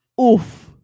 Oof